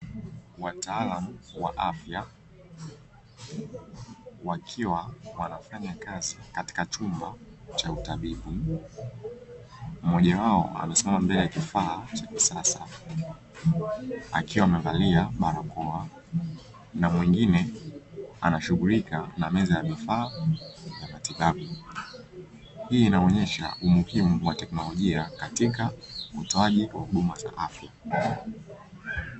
Wataalamu wa afya wakiwa wanafanya kazi katika chumba cha utabibu, mmoja wao amesimama mbele ya kifaa cha kisasa akiwa amevalia barakoa, na mwingine anashughulika na meza ya vifaa na matibabu hii inaonyesha umuhimu wa teknolojia katika utoaji wa huduma za afya.